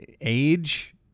age